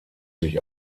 sich